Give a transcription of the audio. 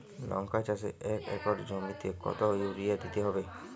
লংকা চাষে এক একর জমিতে কতো ইউরিয়া দিতে হবে?